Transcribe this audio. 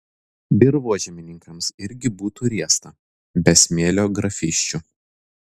dirvožemininkams irgi būtų riesta be smėlio grafysčių